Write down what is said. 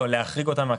להחריג אותם,